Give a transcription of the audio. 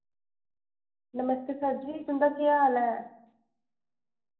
नमस्ते sir ji तुंदा केह् हाल ऐ